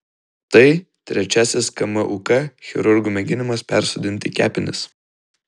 tai trečiasis kmuk chirurgų mėginimas persodinti kepenis